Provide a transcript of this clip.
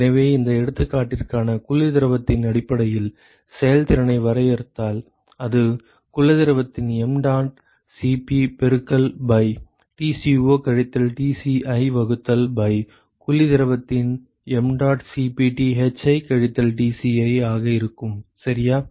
எனவே இந்த எடுத்துக்காட்டிற்கான குளிர் திரவத்தின் அடிப்படையில் செயல்திறனை வரையறுத்தால் அது குளிர் திரவத்தின் mdot Cp பெருக்கல் பை Tco கழித்தல் Tci வகுத்தல் பை குளிர் திரவத்தின் mdot Cp Thi கழித்தல் Tci ஆக இருக்கும் சரியா